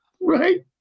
Right